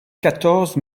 quatorze